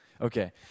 okay